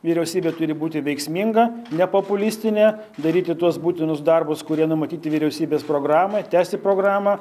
vyriausybė turi būti veiksminga nepopulistinė daryti tuos būtinus darbus kurie numatyti vyriausybės programoj tęsti programą